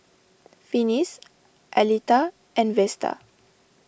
Finis Aleta and Vesta